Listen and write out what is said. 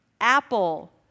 Apple